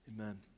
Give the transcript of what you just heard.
Amen